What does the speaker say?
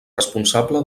responsable